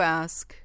ask